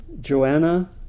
Joanna